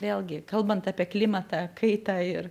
vėlgi kalbant apie klimatą kaitą ir